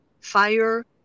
fire